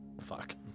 Fuck